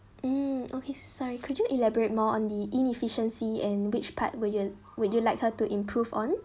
mm okay sorry could you elaborate more on the inefficiency and which part would you would you like her to improve on